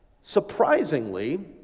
surprisingly